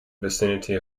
vicinity